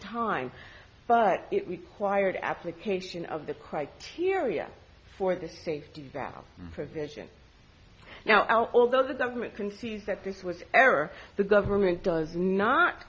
time but it required application of the criteria for the safety valve for vision now although the government concedes that this was error the government does not